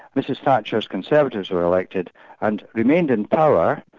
mrs thatcher's conservatives were elected and remained in power,